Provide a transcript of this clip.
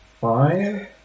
five